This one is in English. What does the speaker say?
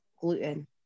gluten